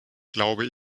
glaube